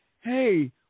hey